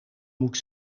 moet